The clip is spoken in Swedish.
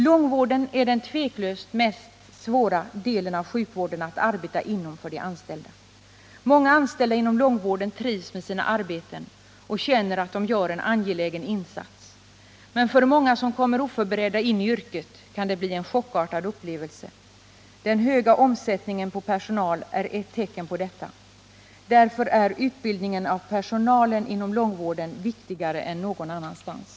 Långvården är den tveklöst svåraste delen av sjukvården att arbeta inom för de anställda. Många anställda inom långvården trivs med sina arbeten och känner att de gör en angelägen insats. Men för många som kommer oförberedda in i yrket kan det bli en chockartad upplevelse. Den höga omsättningen på personal är ett tecken på detta. Därför är utbildningen av personalen viktigare inom långvården än någon annanstans.